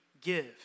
give